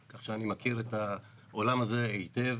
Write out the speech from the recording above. כך שאני מכיר את העולם הזה היטב.